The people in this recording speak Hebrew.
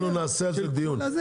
אנחנו נקיים על זה דיון.